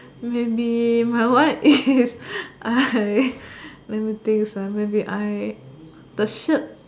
maybe my one is I let my think uh maybe I the shirt